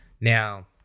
Now